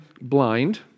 blind